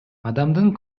адамдын